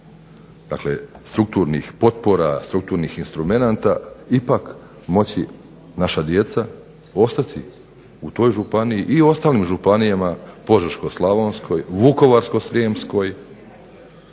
strukturnih potpora i instrumenata ipak moći, naša djeca, ostati u toj županiji i ostati u ostalim županijama Požeško-slavonskoj, Vukovarsko-srijemskoj,